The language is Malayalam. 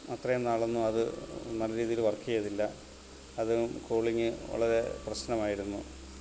അത്രേം നാളൊന്നും അത് നല്ല രീതിയിൽ വർക്ക് ചെയ്തില്ല അത് കൂളിങ്ങ് വളരെ പ്രശ്നമായിരുന്നു